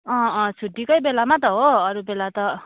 अँ अँ छुट्टीकै बेलामा त हो अरू बेला त